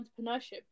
entrepreneurship